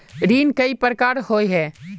ऋण कई प्रकार होए है?